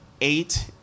eight